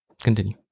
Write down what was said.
continue